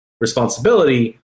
responsibility